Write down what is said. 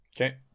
Okay